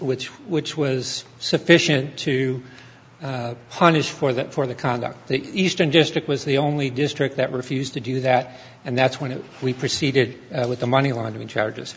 which was sufficient to punish for that for the conduct the eastern district was the only district that refused to do that and that's when we proceeded with the money laundering charges